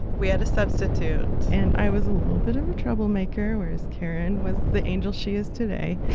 we had a substitute and i was a little bit of a troublemaker, whereas karen was the angel she is today.